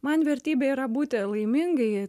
man vertybė yra būti laimingai